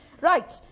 Right